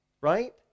right